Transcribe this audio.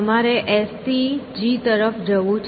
તમારે S થી G તરફ જવું છે